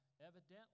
evidently